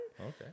Okay